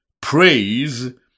praise